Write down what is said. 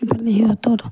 আপুনি সিহঁতৰ